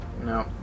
No